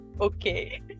okay